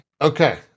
Okay